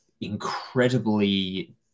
incredibly